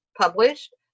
published